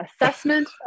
assessment